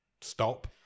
stop